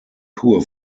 poor